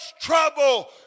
trouble